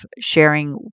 sharing